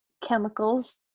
chemicals